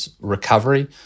recovery